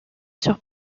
sur